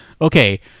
Okay